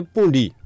Pundi